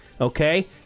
Okay